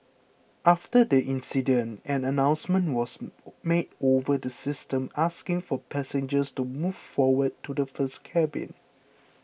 after the incident an announcement was made over the systems asking for passengers to move forward to the first cabin